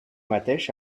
mateix